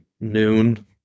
noon